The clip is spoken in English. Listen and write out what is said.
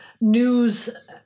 News